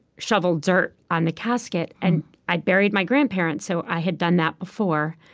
shovel dirt on the casket. and i buried my grandparents, so i had done that before.